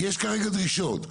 יש כרגע דרישות.